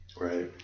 Right